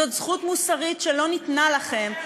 זאת זכות מוסרית שלא ניתנה לכם,